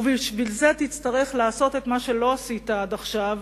ובשביל זה תצטרך לעשות מה שלא עשית עד עכשיו,